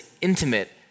intimate